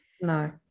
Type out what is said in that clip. no